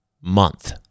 month